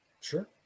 Sure